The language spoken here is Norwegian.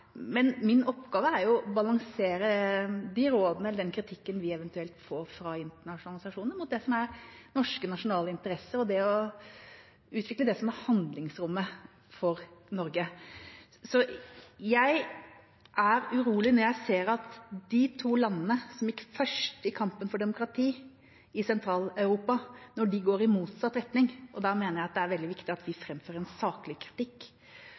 Min oppgave er jo å balansere de rådene og den kritikken vi eventuelt får fra internasjonale organisasjoner, med det som er norske nasjonale interesser og å utvikle det som er handlingsrommet for Norge. Jeg er urolig når jeg ser at de to landene som gikk først i kampen for demokrati i Sentral-Europa, går i motsatt retning, og jeg mener det er veldig viktig at vi framfører en saklig kritikk